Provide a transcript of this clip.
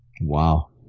Wow